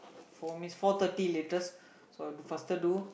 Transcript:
four means four thirty latest so I have to faster do